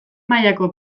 mailako